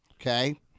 Okay